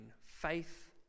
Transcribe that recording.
faith